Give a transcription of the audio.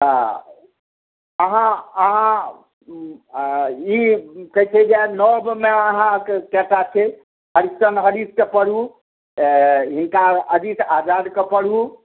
अहाँ अहाँ ई कहै छै जे नवमे अहाँके चर्चा छै हरिशचन्द हरीशक पढू हिनका अजीत आजादक पढू